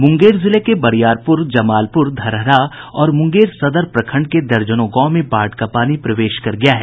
मुंगेर जिले के बरियारपुर जमालपुर धरहरा और मंगेर सदर प्रखंड के दर्जनों गांव में बाढ़ का पानी प्रवेश कर गया है